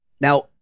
Now